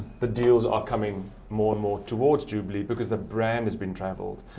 the deals are coming more and more towards jubilee because the brand has been travelled.